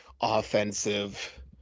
offensive